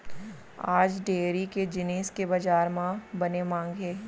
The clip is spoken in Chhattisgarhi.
आज डेयरी के जिनिस के बजार म बने मांग हे